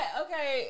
okay